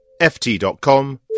ft.com